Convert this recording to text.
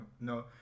No